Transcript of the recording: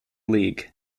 league